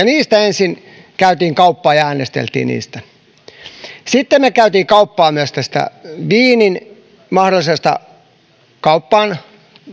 niistä ensin käytiin kauppaa ja äänesteltiin sitten me kävimme kauppaa myös tästä viinin mahdollisesta kauppaan